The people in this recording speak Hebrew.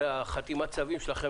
הרי חתימת הצווים שלכם,